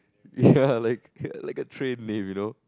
ya like like a train name you know